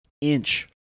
inch